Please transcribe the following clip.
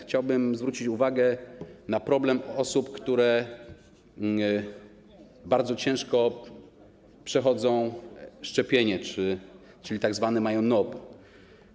Chciałbym zwrócić uwagę na problem osób, które bardzo ciężko przechodzą szczepienie, czyli mają tzw. NOP.